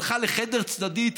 הלכה לחדר צדדי,